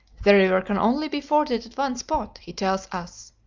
the river can only be forded at one spot, he tells us,